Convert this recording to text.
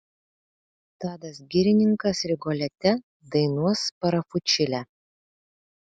tadas girininkas rigolete dainuos sparafučilę